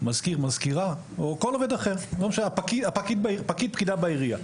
מזכיר/מזכירה או פקיד/פקידה בעירייה.